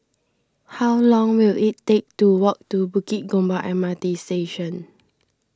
how long will it take to walk to Bukit Gombak M R T Station